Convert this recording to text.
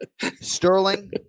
Sterling